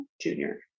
junior